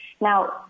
Now